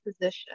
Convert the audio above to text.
position